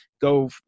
go